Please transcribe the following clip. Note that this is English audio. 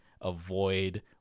avoid